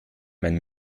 mein